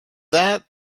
that